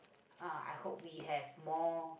uh I hope we have more